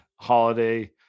holiday